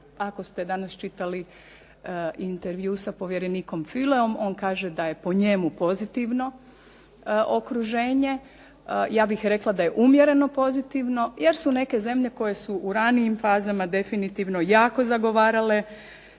ako ste danas čitali intervju sa povjerenikom Filleom, on kaže da je po njemu pozitivno okruženje, ja bih rekla da je umjereno pozitivno, jer su neke zemlje koje su u ranijim fazama definitivno jako zagovarale